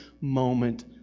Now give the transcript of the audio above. moment